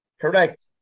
Correct